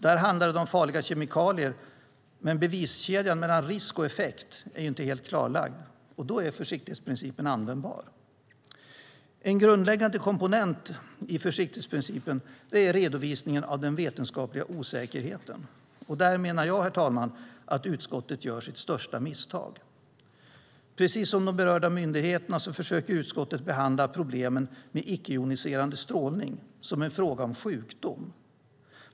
Där handlar det om farliga kemikalier, men beviskedjan mellan risk och effekt är inte helt klarlagd. Då är försiktighetsprincipen användbar. En grundläggande komponent i försiktighetsprincipen är redovisningen av den vetenskapliga osäkerheten. Där menar jag, herr talman, att utskottet gör sitt största misstag. Precis som de berörda myndigheterna försöker utskottet behandla problemen med icke-joniserande strålning som en fråga om sjukdom.